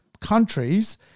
countries